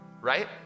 right